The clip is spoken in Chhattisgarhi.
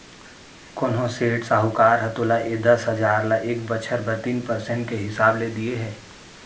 कोनों सेठ, साहूकार ह तोला ए दस हजार ल एक बछर बर तीन परसेंट के हिसाब ले दिये हे?